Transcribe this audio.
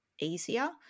easier